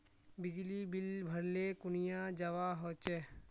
बिजली बिल भरले कुनियाँ जवा होचे?